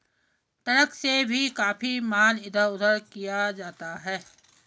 truck से भी काफी माल इधर उधर किया जाता है